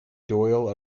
doyle